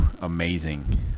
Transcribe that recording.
amazing